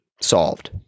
solved